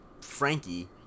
Frankie